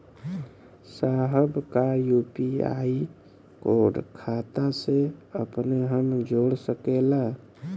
साहब का UPI code खाता से अपने हम जोड़ सकेला?